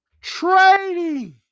Trading